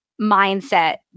mindset